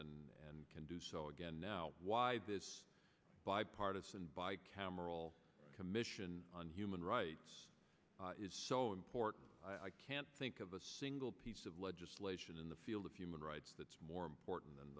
and and can do so again now why this bipartisan by cameral commission on human rights is so important i can't think of a single piece of legislation in the field of human rights that's more important than